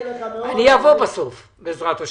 אני אבוא בסוף בעזרת השם.